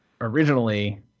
originally